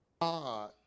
God